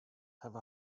have